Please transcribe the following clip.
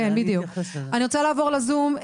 אני רוצה לעבור לזום,